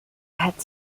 had